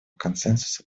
консенсуса